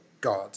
God